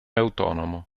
autonomo